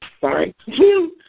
Sorry